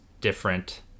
different